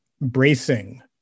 bracing